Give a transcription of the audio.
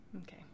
Okay